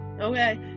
Okay